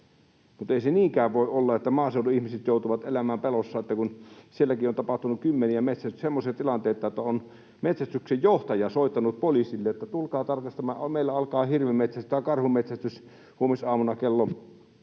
Ei se niinkään voi olla, että maaseudun ihmiset joutuvat elämään pelossa. Sielläkin on tapahtunut kymmeniä semmoisia tilanteita, että on metsästyksenjohtaja soittanut poliisille, että meillä alkaa hirven metsästys tai karhun metsästys huomisaamuna kello kuusi,